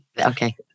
Okay